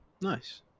Nice